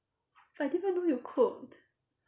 but I didn't even know you cooked